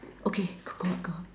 okay go out go out